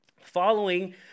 following